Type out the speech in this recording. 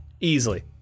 easily